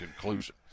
conclusion